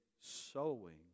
sowing